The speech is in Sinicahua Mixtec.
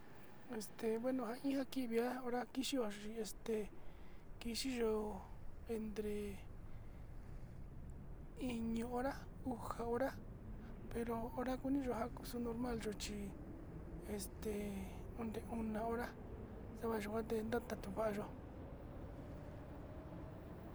Este bueno njaki kakivia hora kixhi kuachi este kixhi yo'ó ende iño hora, uxa hora pero hora kuu nriya'a kuu normal yochi este onde ona hora xavandote ndava tuva'a yuu.